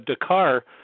Dakar